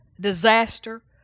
disaster